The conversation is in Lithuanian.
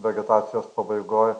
vegetacijos pabaigoj